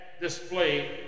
display